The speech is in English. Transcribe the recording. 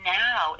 now